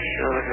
Sure